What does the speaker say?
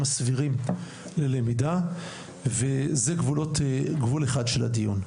הסבירים ללמידה וזה גבולות גבול אחד של הדיון.